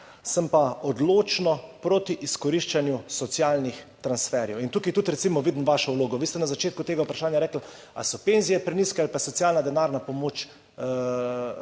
Sem pa odločno proti izkoriščanju socialnih transferjev. Tukaj tudi recimo vidim vašo vlogo. Vi ste na začetku tega vprašanja rekli, ali so penzije prenizke ali pa je denarna socialna pomoč